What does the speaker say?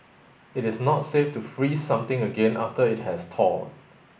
it is not safe to freeze something again after it has thawed